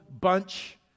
bunch